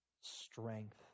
strength